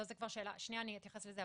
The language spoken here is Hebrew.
אני אתייחס לזה,